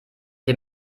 dem